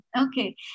okay